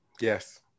Yes